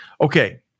Okay